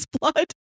blood